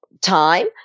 time